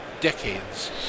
decades